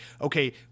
okay